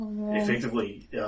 effectively